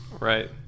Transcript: Right